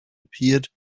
appeared